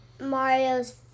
Mario's